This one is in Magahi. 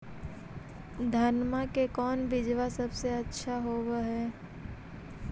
धनमा के कौन बिजबा सबसे अच्छा होव है?